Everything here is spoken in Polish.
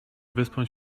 wyspą